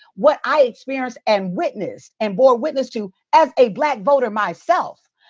what i experienced and witnessed, and bore witness to, as a black voter myself,